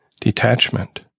Detachment